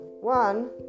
one